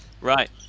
Right